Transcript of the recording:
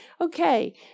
Okay